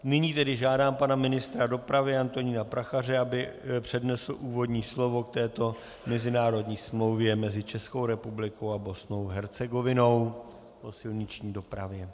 Nyní tedy žádám pana ministra dopravy Antonína Prachaře, aby přednesl úvodní slovo k této mezinárodní smlouvě mezi Českou republikou a Bosnou a Hercegovinou o silniční dopravě.